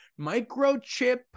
microchip